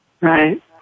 Right